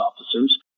officers